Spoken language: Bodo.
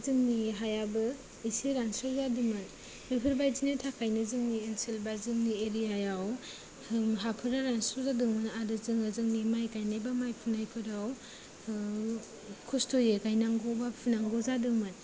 जोंनि हायाबो एसे रानस्राव जादोंमोन बेफोरबायदिनि थाखायनो जोंनि ओनसोल बा जोंनि एरियायाव हाफोरा रानस्राव जादोंमोन आरो जोङो जोंनि माइ गायनाय बा माइ फुनायफोराव खस्थ'यै गायनांगौ बा फुनांगौ जादोंमोन